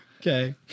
Okay